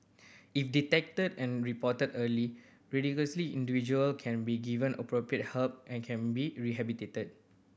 if detected and reported early radicalised individual can be given appropriate help and can be rehabilitated